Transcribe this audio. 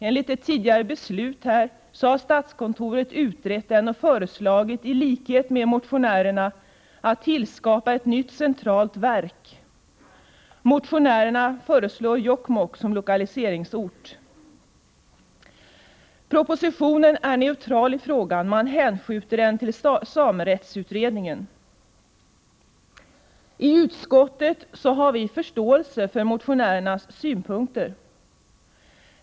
Enligt ett tidigare beslut i kammaren har statskontoret utrett frågan och föreslagit i likhet med motionärerna att ett nytt centralt verk tillskapas. Motionärerna föreslår Jokkmokk som lokaliseringsort. Propositionen är neutral i frågan och hänskjuter den till samerättsutredningen. I utskottet har vi förståelse för motionärernas synpunkter.